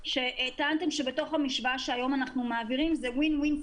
טענתם שבתוך המשוואה שהיום אנחנו מעבירים זה מצב של win-win,